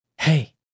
Hey